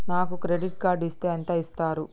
నాకు credit card ఇస్తే ఎంత ఇస్తరు?